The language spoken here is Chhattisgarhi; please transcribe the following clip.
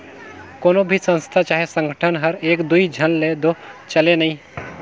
कोनो भी संस्था चहे संगठन हर एक दुई झन ले दो चले नई